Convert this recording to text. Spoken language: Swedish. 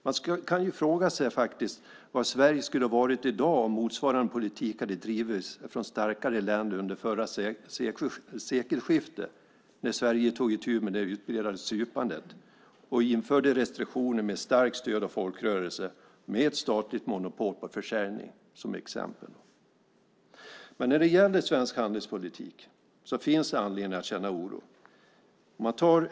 Man kan fråga sig vad Sverige skulle ha varit i dag om motsvarande politik hade drivits från starkare länder vid förra sekelskiftet när Sverige tog itu med det utbredda supandet och införde restriktioner, med starkt stöd av folkrörelsen, med statligt monopol på försäljning som exempel. När det gäller svensk handelspolitik finns det anledning att känna oro.